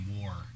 war